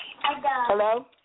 Hello